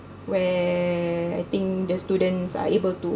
where I think the students are able to